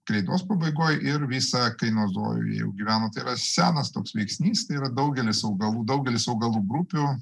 kreidos pabaigoj ir visą kainozojų jau gyveno tai yra senas toks veiksnys tai yra daugelis augalų daugelis augalų grupių